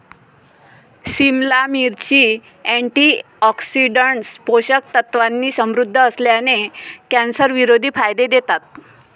सिमला मिरची, अँटीऑक्सिडंट्स, पोषक तत्वांनी समृद्ध असल्याने, कॅन्सरविरोधी फायदे देतात